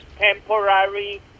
temporary